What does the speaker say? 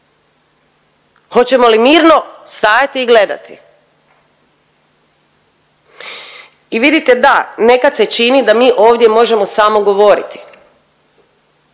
Hoćemo li mirno stajati i gledati? I vidite da, nekad se čini da mi ovdje možemo samo govoriti,